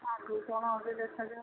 ଆଗକୁ କ'ଣ ହଉଛି ଦେଖାଯାଉ